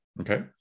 Okay